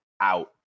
out